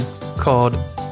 called